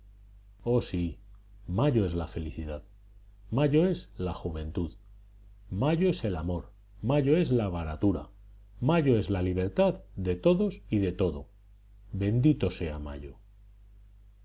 oh sí mayo es la felicidad mayo es la juventud mayo es el amor mayo es la baratura mayo es la libertad de todos y de todo bendito sea mayo